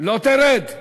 לא תרד.